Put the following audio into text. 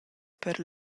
per